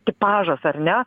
tipažas ar ne